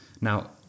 Now